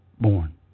born